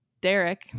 Derek